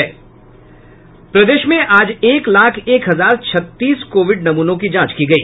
प्रदेश में आज एक लाख एक हजार छत्तीस कोविड नमूनों की जांच हुई